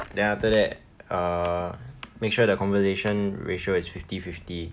then after that err make sure the conversation ratio is fifty fifty